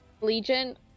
Legion